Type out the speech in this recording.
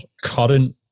current